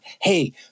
hey